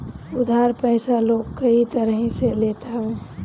उधार पईसा लोग कई तरही से लेत हवे